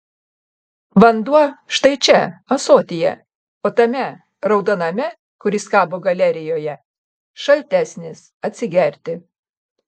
vanduo štai čia ąsotyje o tame raudoname kuris kabo galerijoje šaltesnis atsigerti